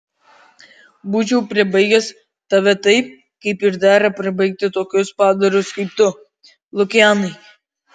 būčiau pribaigęs tave taip kaip ir dera pribaigti tokius padarus kaip tu lukianai